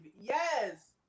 Yes